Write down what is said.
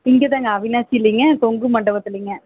இங்கே தாங்க அவிநாசிலிங்க கொங்கு மண்டபத்திலிங்க